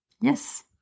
Yes